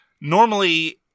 Normally